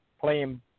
playing